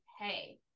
hey